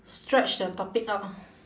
stretch the topic out orh